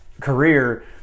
career